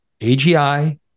AGI